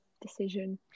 Decision